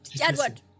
Edward